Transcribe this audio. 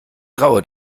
traue